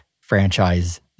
franchise